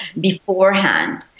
beforehand